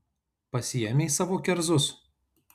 pasiėmei savo kerzus